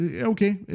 Okay